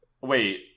Wait